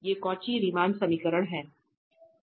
ये Cauchy Riemann समीकरण हैं